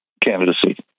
candidacy